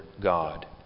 God